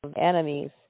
enemies